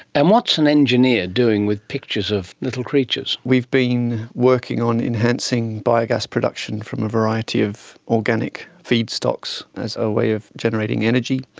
and what's an engineer doing with pictures of little creatures? we've been working on enhancing biogas production from a variety of organic feedstocks as our way of generating energy.